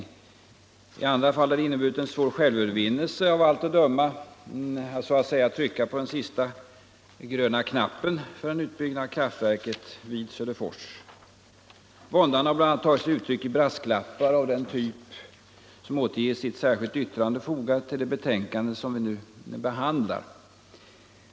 I andra fall har det av allt att döma inneburit en svår självövervinnelse att så att säga trycka på den sista gröna knappen för en utbyggnad av kraftverket i Söderfors. Våndan har bl.a. tagit sig uttryck i brasklappar av den typ som återges i ett särskilt yttrande fogat till det betänkande som vi nu behandlar.